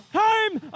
home